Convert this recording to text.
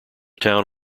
town